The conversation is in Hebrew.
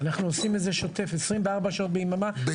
אנחנו עושים את זה בשוטף 24 שעות ביממה.